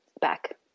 back